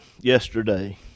yesterday